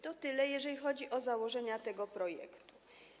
To tyle, jeżeli chodzi o założenia tego projektu.